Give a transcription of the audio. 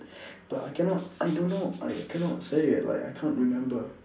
but I cannot I don't know I cannot say it like I can't remember